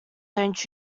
don’t